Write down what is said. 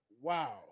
wow